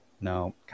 No